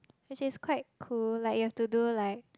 which is quite cool like you have to do like